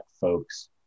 folks